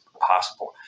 possible